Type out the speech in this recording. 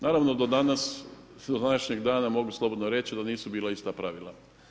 Naravno do danas, do današnjeg dana mogu slobodno reći da nisu bila ista pravila.